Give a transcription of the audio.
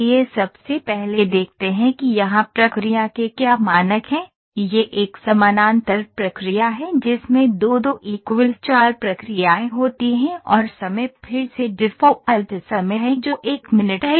आइए सबसे पहले देखते हैं कि यहाँ प्रक्रिया के क्या मानक हैं यह एक समानांतर प्रक्रिया है जिसमें 2 2 4 प्रक्रियाएँ होती हैं और समय फिर से डिफ़ॉल्ट समय है जो 1 मिनट है